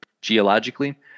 geologically